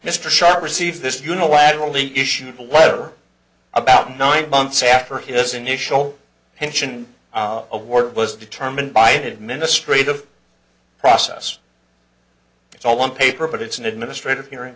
mr sharp received this unilaterally issued a letter about nine months after his initial pension award was determined by the administrative process it's all one paper but it's an administrative hearing